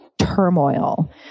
turmoil